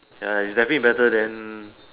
ya it's definitely better than